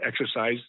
exercise